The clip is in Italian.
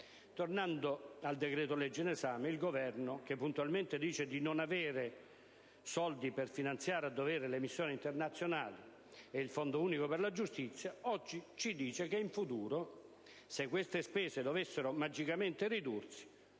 Tornando al decreto-legge in esame, il Governo, che puntualmente dice di non avere i soldi per finanziare a dovere le missioni internazionali e il Fondo unico giustizia, ci dice oggi che in futuro, se queste spese dovessero magicamente ridursi,